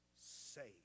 saved